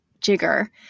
jigger